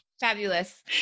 Fabulous